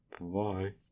Bye